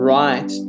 right